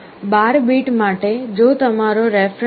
12 bit માટે જો તમારો રેફરન્સ 3